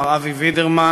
מר אבי וידרמן,